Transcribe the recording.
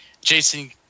Jason